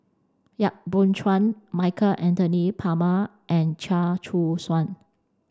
Yap Boon Chuan Michael Anthony Palmer and Chia Choo Suan